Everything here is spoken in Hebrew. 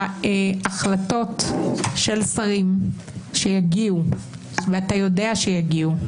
ההחלטות של שרים שיגיעו, ואתה יודע שיגיעו.